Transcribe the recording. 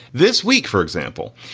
this week, for example,